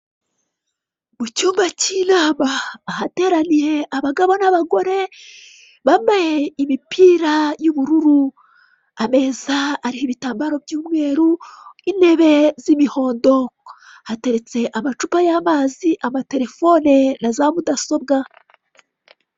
Mu cyumba cy'inama ahateraniye abagabo n'abagore bambaye imipira y'ubururu, ameza ariho ibitambaro by'umweru intebe z'imihondo, hateretse amacupa y'amazi, amatelefone na za mudasobwa.